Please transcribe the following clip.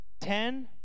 ten